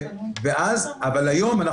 אבל היום,